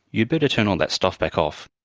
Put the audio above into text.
you'd better turn all that stuff back off.